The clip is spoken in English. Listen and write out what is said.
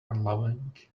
unloving